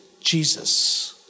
Jesus